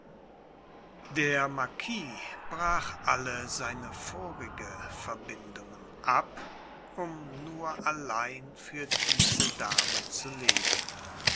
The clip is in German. der marquis brach alle seine vorige verbindungen ab um nur allein für diese dame zu leben